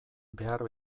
behar